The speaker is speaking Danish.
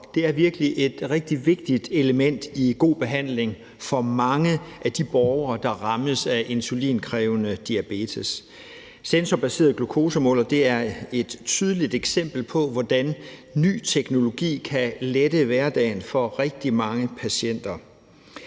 Det er virkelig et rigtig vigtigt element i den gode behandling for mange af de borgere, der rammes af insulinkrævende diabetes. Sensorbaserede glukosemålere er et tydeligt eksempel på, hvordan ny teknologi kan lette hverdagen for rigtig mange patienter.